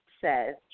says